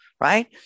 right